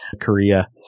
Korea